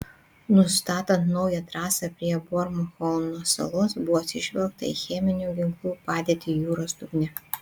nustatant naują trasą prie bornholmo salos buvo atsižvelgta į cheminių ginklų padėtį jūros dugne